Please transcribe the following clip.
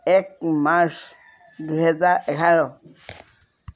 এক মাৰ্চ দুহেজাৰ এঘাৰ